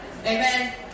Amen